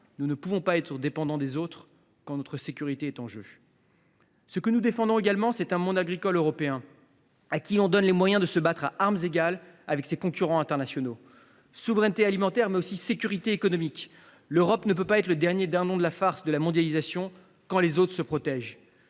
nous ne pouvons pas être dépendants des autres quand notre sécurité est en jeu. Ce que nous défendons également, c’est un monde agricole européen à qui l’on donne les moyens de se battre à armes égales avec ses concurrents internationaux. Souveraineté alimentaire, mais aussi sécurité économique : l’Europe ne peut pas être le dernier dindon de la farce de la mondialisation quand les autres se protègent.